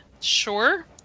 sure